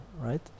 right